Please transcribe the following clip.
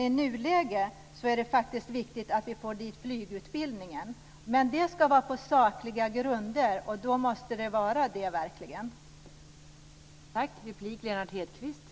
I nuläget är det faktiskt viktigt att vi får dit flygutbildningen, men det ska ske på verkligt sakliga grunder.